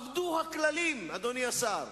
אבדו הכללים, אדוני השר.